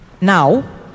now